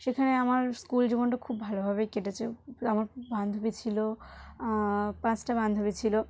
সেখানে আমার স্কুল জীবনটা খুব ভালোভাবেই কেটেছে আমার বান্ধবী ছিল পাঁচটা বান্ধবী ছিল